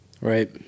right